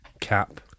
Cap